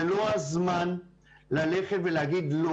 זה לא הזמן ללכת ולהגיד לא